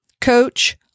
coach